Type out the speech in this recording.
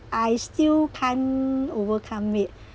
I still can't overcome it